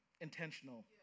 intentional